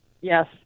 Yes